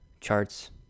charts